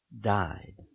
died